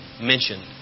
mentioned